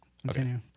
continue